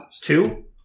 Two